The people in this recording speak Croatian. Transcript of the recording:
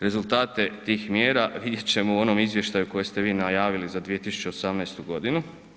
Rezultate tih mjera vidjet ćemo u onom izvještaju koje ste vi najavili za 2018. godinu.